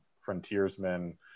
frontiersmen